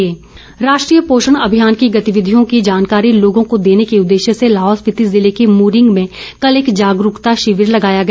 पोषण अभियान राष्ट्रीय पोषण अभियान की गतिविधियों की जानकारी लोगों को देने के उद्देश्य से लाहौल स्पिति जिले के मुरिंग में कल एक जागरूकता शिविर लगाया गया